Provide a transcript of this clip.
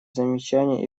замечания